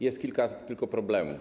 Jest kilka tylko problemów.